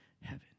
heaven